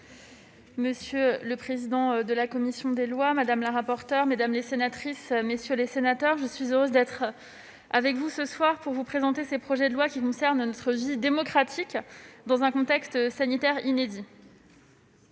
monsieur le président de la commission des lois, madame la rapporteure, mesdames les sénatrices, messieurs les sénateurs, je suis heureuse d'être parmi vous ce soir pour vous présenter ces projets de loi, qui concernent l'organisation de notre vie démocratique dans un contexte sanitaire inédit.